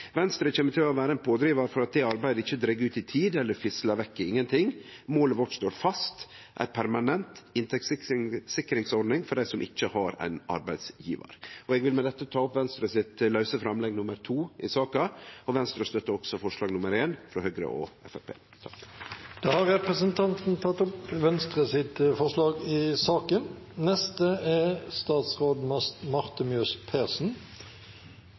Venstre kjem til å vere ein pådrivar for at det arbeidet ikkje dreg ut i tid eller fislar vekk i ingenting. Målet vårt står fast: ei permanent inntektssikringsordning for dei som ikkje har ein arbeidsgivar. Eg vil med dette ta opp Venstres lause framlegg i saka, forslag nr. 2, og Venstre støttar òg forslag nr. 1, frå Høgre og Framstegspartiet. Representanten Alfred Jens Bjørlo har tatt opp Venstres forslag.